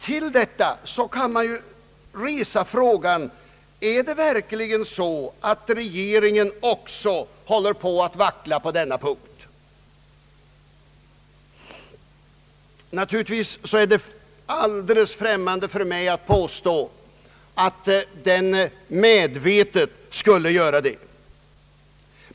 Håller också regeringen på att vackla på den punkten? Naturligtvis är det helt främmande för mig att påstå att regeringen medvetet skulle göra det.